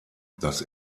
dass